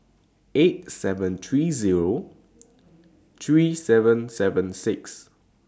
eight seven three Zero three seven seven six